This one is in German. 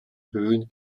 höhen